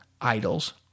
Idols